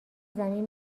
زمین